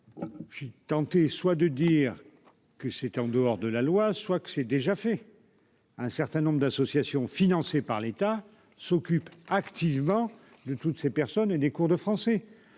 je suis tenté soit de dire que c'était en dehors de la loi, soit que c'est déjà fait un certain nombre d'associations financées par l'État s'occupe activement de toutes ces personnes et des cours de français,